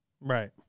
right